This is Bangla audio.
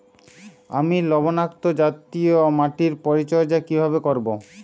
আমি লবণাক্ত জাতীয় মাটির পরিচর্যা কিভাবে করব?